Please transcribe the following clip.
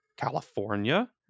California